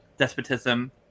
despotism